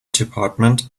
department